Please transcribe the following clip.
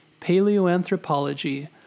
paleoanthropology